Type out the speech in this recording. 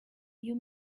you